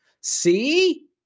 See